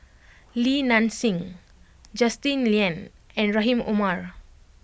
Li Nanxing Justin Lean and Rahim Omar